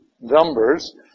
numbers